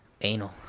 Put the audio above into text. anal